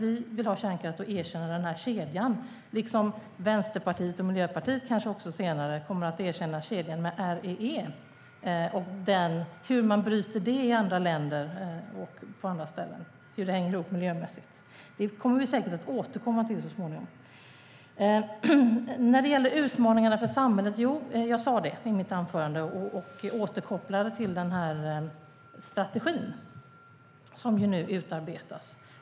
Vi vill ha kärnkraft och erkänner kedjan, liksom Vänsterpartiet och Miljöpartiet kanske senare kommer att erkänna kedjan med REE, hur man bryter det i andra länder och hur det hänger ihop miljömässigt. Det kommer vi säkert att återkomma till så småningom. Utmaningarna för samhället nämnde jag i mitt anförande. Jag återkopplar till strategin som nu utarbetas.